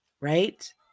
right